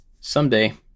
someday